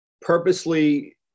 purposely